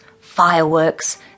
fireworks